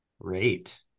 Great